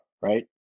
right